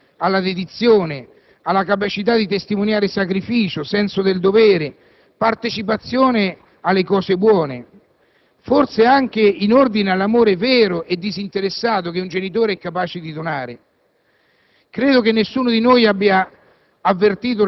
forse, anche in ordine all'affetto, alla dedizione, alla capacità di testimoniare sacrificio, senso del dovere, partecipazione alle cose buone; forse anche in ordine all'amore vero e disinteressato che un genitore è capace di donare.